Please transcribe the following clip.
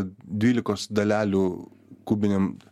dvylikos dalelių kubiniam